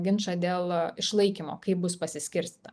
ginčą dėl išlaikymo kaip bus pasiskirstyta